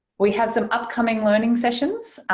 we have some upcoming learning sessions,